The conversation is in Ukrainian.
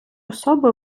особи